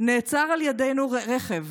נעצר לידנו רכב